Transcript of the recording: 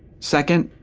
second,